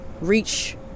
reach